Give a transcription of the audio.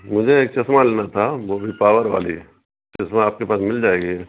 مجھے ایک چسمہ لینا تھا وہ بھی پاور والی چسمہ آپ کے پاس مل جائے گی